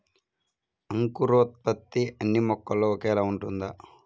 అంకురోత్పత్తి అన్నీ మొక్కల్లో ఒకేలా ఉంటుందా?